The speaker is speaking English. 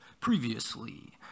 previously